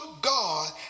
God